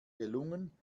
gelungen